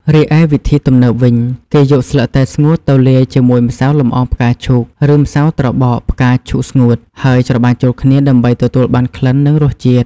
រីឯវិធីទំនើបវិញ គេយកស្លឹកតែស្ងួតទៅលាយជាមួយម្សៅលំអងផ្កាឈូកឬម្សៅត្របកផ្កាឈូកស្ងួត ហើយច្របាច់ចូលគ្នាដើម្បីទទួលបានក្លិននិងរសជាតិ។